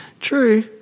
True